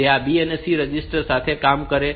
તેથી તે આ B અને C રજિસ્ટર સાથે કામ કરે છે